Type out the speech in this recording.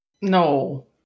no